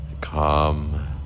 calm